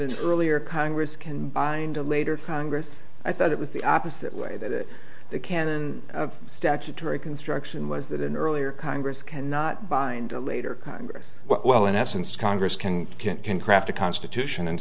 it earlier congress can bind a later congress i thought it was the opposite way that the canon of statutory construction was that in earlier congress cannot bind a later congress well in essence congress can can't can craft a constitution and